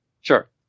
sure